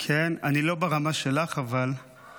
אז אני, באווירה של המפגשים שלי בחודשים